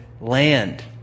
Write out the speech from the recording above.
land